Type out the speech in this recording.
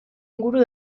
inguru